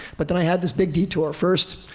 but then i had this big detour. first,